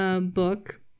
book